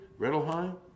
Rettelheim